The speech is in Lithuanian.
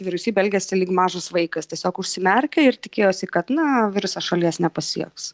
vyriausybė elgėsi lyg mažas vaikas tiesiog užsimerkė ir tikėjosi kad na virusas šalies nepasieks